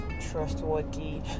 trustworthy